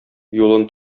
юлын